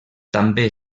també